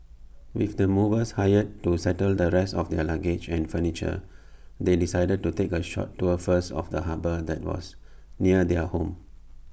with the movers hired to settle the rest of their luggage and furniture they decided to take A short tour first of the harbour that was near their new home